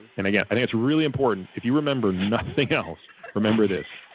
and, again, i think it's really important. if you remember nothing else, remember this.